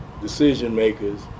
decision-makers